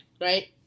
right